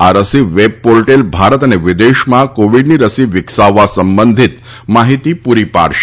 આ રસી web portal Bharat અને વિદેશમાં કોવિડની રસી વિકસાવવા સંબંધિત માહિતી પૂરી પાડશે